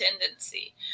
tendency